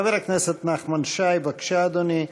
חבר הכנסת נחמן שי, בבקשה, אדוני.